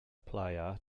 player